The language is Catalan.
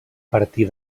partir